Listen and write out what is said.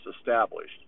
established